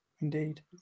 Indeed